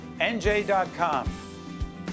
NJ.com